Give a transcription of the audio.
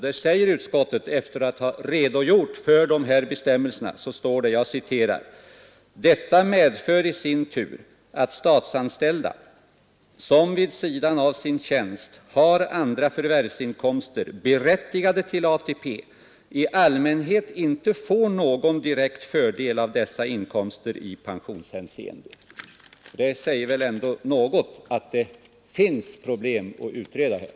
Där säger utskottet efter att ha redogjort för bestämmelserna: ”Detta medför i sin tur att statsanställda, som vid sidan av sin tjänst har andra förvärvsinkomster berättigande till ATP, i allmänhet inte får någon direkt fördel av dessa inkomster i pensionshänseende.” Det säger väl ändå något om att det finns problem att utreda här.